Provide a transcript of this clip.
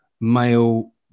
male